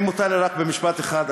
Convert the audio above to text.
אם מותר לי רק במשפט אחד,